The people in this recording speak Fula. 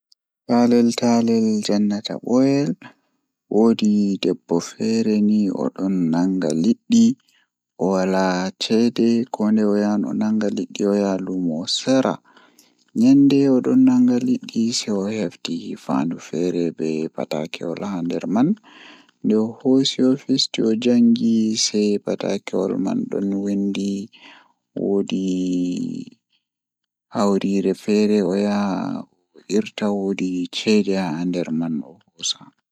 Taalel taalel jannata booyel, Woodi bambaado feere odon joodi haa saare maako saare maako haa kombi ladde nyende odo joodi sei onani gimol feere beldum don wurta egaa ladde man ovi kai gimol do weli am hami yaha mi laara moijo on fuufata gimol algaita do, Nde o yahi sei olaari bingel feere ni bongel, Be joodi be yewti egaa bawo be bangi be danyi bikkon mbotkon.